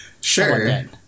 Sure